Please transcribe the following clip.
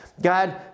God